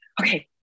Okay